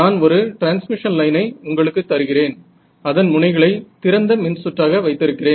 நான் ஒரு டிரான்ஸ்மிஷன் லைனை உங்களுக்கு தருகிறேன் அதன் முனைகளை திறந்த மின் சுற்றாக வைத்திருக்கிறேன்